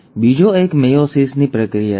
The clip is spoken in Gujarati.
અને બીજો એક મેયોસિસની પ્રક્રિયા છે